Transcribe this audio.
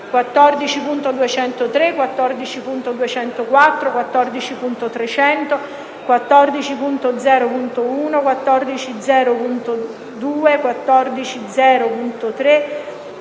14.203, 14.204, 14.300, 14.0.1, 14.0.2, 14.0.3,